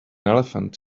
elephant